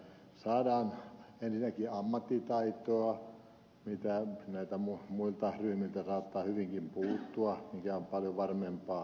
saadaan ensinnäkin ammattitaitoa mitä näiltä muilta ryhmiltä saattaa hyvinkin puuttua mikä on paljon varmempaa